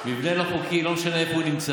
אבל תדע לך, מבנה לא חוקי, לא משנה איפה הוא נמצא,